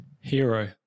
hero